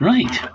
Right